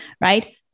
Right